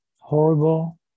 horrible